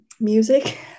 music